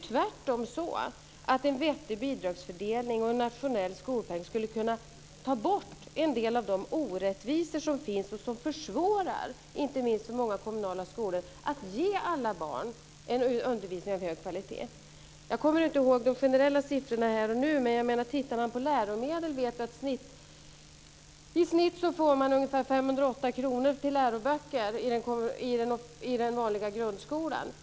Tvärtom skulle en vettig bidragsfördelning och en nationell skolpeng kunna ta bort en del av de orättvisor som finns och som försvårar inte minst för många kommunala skolor att ge alla barn en undervisning av hög kvalitet. Jag kommer inte ihåg de generella siffrorna här och nu, men vi vet att man i snitt får ungefär 508 kr till läroböcker i den vanliga grundskolan.